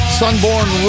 sunborn